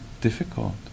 difficult